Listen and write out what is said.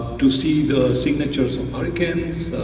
to see the signatures of hurricanes,